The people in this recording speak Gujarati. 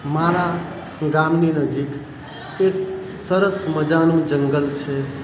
મારા ગામની નજીક એક સરસ મજાનું જંગલ છે